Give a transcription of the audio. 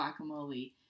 guacamole